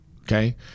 okay